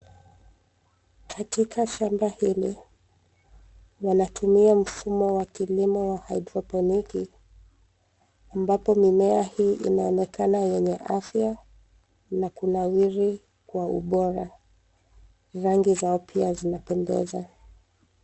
Katika shamba hili, wanatumia mfumo wa kilimo ya haidroponiki, ambapo mimea hii inaonekana yenye afya, na kunawiri, kwa ubora. Rangi zao pia zinapendeza.